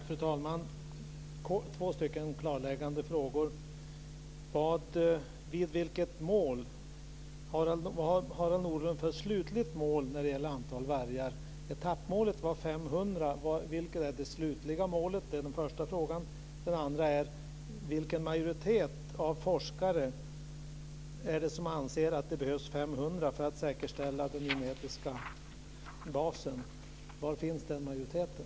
Fru talman! Jag har två korta, klarläggande frågor. Vad har Harald Nordlund för slutligt mål för antalet vargar? Etappmålet var 500, men vilket är det slutliga målet? Det är den först frågan. Den andra är: Vilken majoritet av forskare är det som anser att det behövs 500 för att säkerställa den genetiska basen? Var finns den majoriteten?